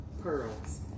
pearls